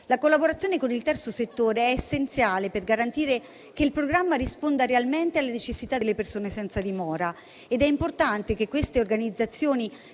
La collaborazione con il terzo settore è essenziale per garantire che il programma risponda realmente alle necessità delle persone senza dimora ed è importante che le organizzazioni